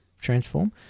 transform